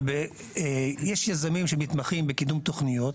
אבל, יש יזמים שמתמחים בקידום תוכניות.